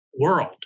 world